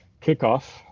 kickoff